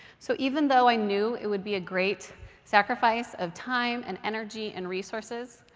so even though i knew it would be a great sacrifice of time and energy and resources,